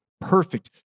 perfect